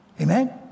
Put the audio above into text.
Amen